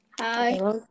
Hi